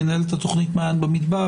מנהלת התוכנית "מעיין במדבר",